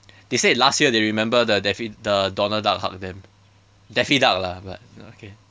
they say last year they remember the daffy the donald duck hug them daffy duck lah but okay